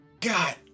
god